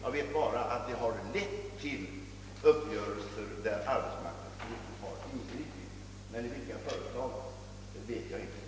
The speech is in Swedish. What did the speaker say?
Jag vet bara att de har lett till uppgörelser, i fråga om vilka arbetsmarknadsstyrelsen ingripit.